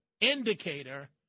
indicator